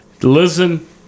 Listen